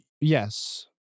yes